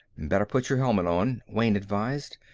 better put your helmet on, wayne advised.